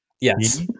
yes